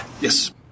Yes